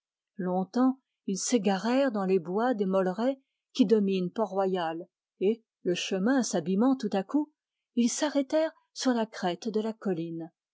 longtemps ils s'égarèrent dans les bois des mollerets qui dominent portroyal et le chemin s'abîmant tout à coup ils s'arrêtèrent sur la crête de la colline